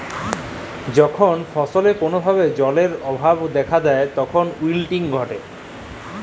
যখল ফসলে কল ভাবে জালের অভাব দ্যাখা যায় তখল উইলটিং ঘটে